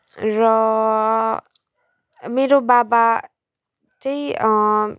र मेरो बाबा चाहिँ